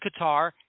Qatar